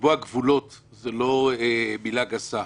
לקבוע גבולות זו לא מילה גסה,